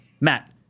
Matt